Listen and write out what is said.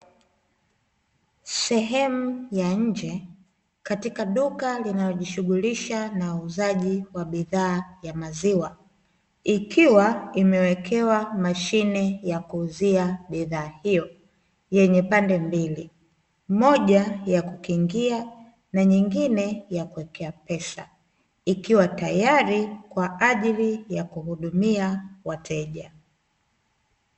Sehemu ya nje katika duka linalojishuhulisha na uuzaji wa bidhaa ya maziwa, ikiwa imewekewa mashine ya kuuziwa bidhaa hiyo yenye pande mbili: moja ya kukingia na nyingine ya kuwekea pesa; ikiwa tayari kwa ajili ya kuhudumia wateja